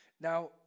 Now